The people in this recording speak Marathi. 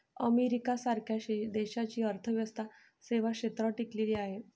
अमेरिका सारख्या देशाची अर्थव्यवस्था सेवा क्षेत्रावर टिकलेली आहे